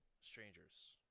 strangers